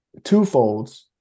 twofolds